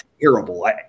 Terrible